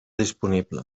disponible